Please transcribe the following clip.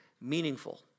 meaningful